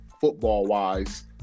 football-wise